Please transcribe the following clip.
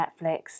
Netflix